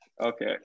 Okay